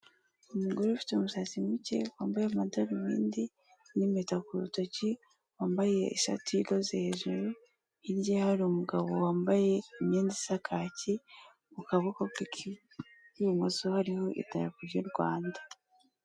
Umugore ufite umusatsi muke wambaye amadarubindi n'impeta ku rutoki, wambaye ishati y'iroze hejuru hirya hari umugabo wambaye imyenda isa kaki mu kaboko k'ibumoso hariho idarapo ry'u Rwanda.